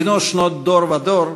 בינו שנות דור ודור",